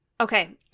Okay